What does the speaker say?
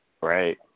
Right